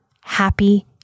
happy